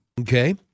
Okay